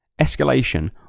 Escalation